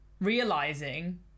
realizing